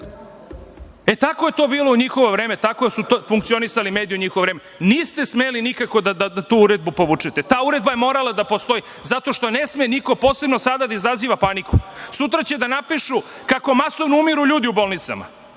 zna. Tako je to bilo u njihovo vreme, tako su funkcionisali mediji u njihovo vreme. Niste smeli nikako da tu uredbu povučete. Ta uredba je morala da postoji, zato što ne sme niko, posebno sada, da izazova paniku. Sutra će da napišu kako masovno umiru ljudi u bolnicama.